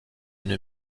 une